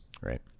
Right